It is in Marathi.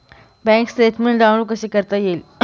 बँक स्टेटमेन्ट डाउनलोड कसे करता येईल?